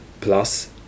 plus